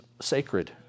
sacred